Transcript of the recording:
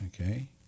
Okay